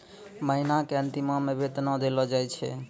महिना के अंतिमो मे वेतन देलो जाय छै